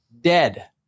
dead